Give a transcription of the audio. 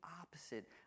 opposite